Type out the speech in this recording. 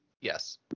Yes